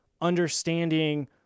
understanding